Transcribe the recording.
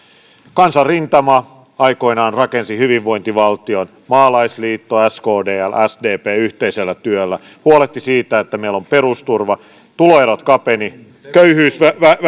kansanrintama aikoinaan rakensi hyvinvointivaltion maalaisliitto skdl sdp yhteisellä työllä huolehti siitä että meillä on perusturva tuloerot kapenivat köyhyys